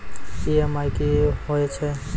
EMI कि होय छै?